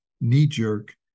knee-jerk